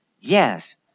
Yes